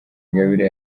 ingabire